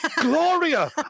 Gloria